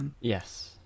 Yes